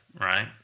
Right